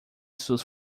suas